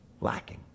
lacking